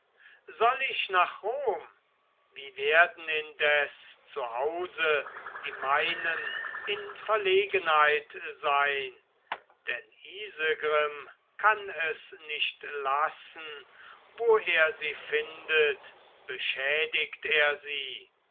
soll ich nach rom wie werden indes zu hause die meinen in verlegenheit sein denn isegrim kann es nicht lassen wo er sie findet beschädigt er sie